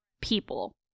people